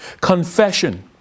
Confession